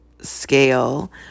scale